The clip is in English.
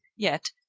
yet,